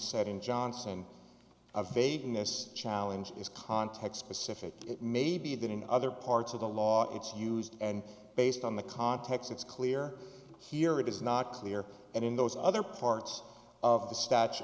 said in johnson of fading this challenge is context pacific it may be that in other parts of the law it's used and based on the context it's clear here it is not clear and in those other parts of the statue